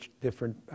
different